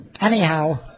anyhow